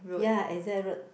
ya exact road